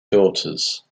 daughters